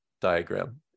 diagram